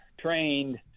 trained